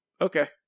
okay